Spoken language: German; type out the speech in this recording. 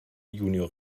junior